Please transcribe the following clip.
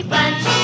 Bunch